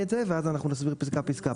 תימחק, בפסקה (5),